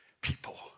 people